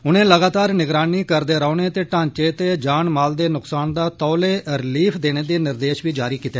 उनें लगातार निगरानी करदे रौहने ते ढांचे ते जानमाल दे नुकसान दा तौले रिलीफ देने दे निर्देश बी जारी कीते